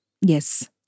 Yes